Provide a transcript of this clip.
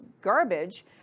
garbage